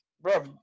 Bro